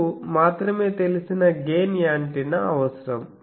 మీకు మాత్రమే తెలిసిన గెయిన్ యాంటెన్నా అవసరం